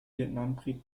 vietnamkrieg